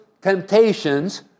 temptations